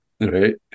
Right